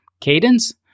cadence